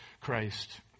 Christ